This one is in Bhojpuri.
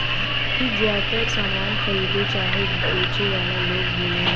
ई ज्यातर सामान खरीदे चाहे बेचे वाला लोग बोलेला